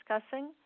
discussing